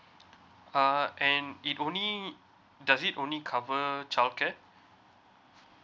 uh and it only does it only cover childcare